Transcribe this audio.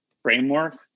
framework